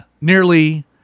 nearly